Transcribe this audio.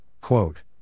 quote